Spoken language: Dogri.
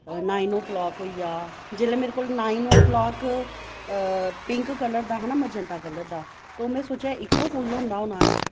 नाइन ओ क्लॉक होई गेआ जेल्लै मेरे कोल nine o'clock pink colour दा हा ना मेजेंटा कलर दा तो में सोचेआ इक्को फुल्ल होंदा होना एह्